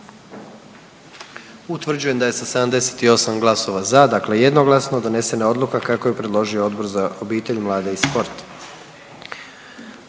Utvrđujem da je sa 77 glasova za dakle jednoglasno donesena odluka kako je predložilo matično radno tijelo.